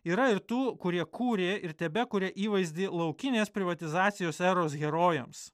yra ir tų kurie kūrė ir tebekuria įvaizdį laukinės privatizacijos eros herojams